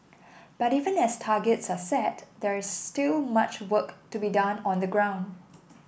but even as targets are set there is still much work to be done on the ground